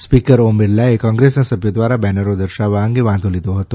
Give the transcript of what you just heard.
speaker Om બિરલાએ કોંગ્રેસના સભ્યો દ્વારા બેનરો દર્શાવવા અંગે વાંધો લીધો હતો